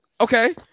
Okay